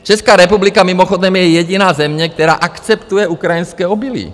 Česká republika mimochodem je jediná země, která akceptuje ukrajinské obilí.